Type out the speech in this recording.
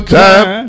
time